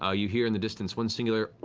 ah you hear in the distance one singular